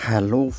Hello